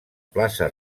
plaça